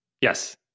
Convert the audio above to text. yes